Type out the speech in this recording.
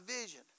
vision